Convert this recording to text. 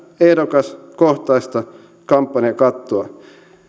ehdokaskohtaista kampanjakattoa